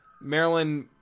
Maryland